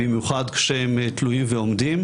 במיוחד כשהם תלויים ועומדים.